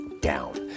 down